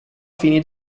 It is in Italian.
fini